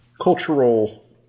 cultural